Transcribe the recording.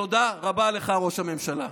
תודה רבה לך, ראש הממשלה.